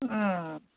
अँ